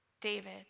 David